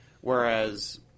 whereas